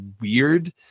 weird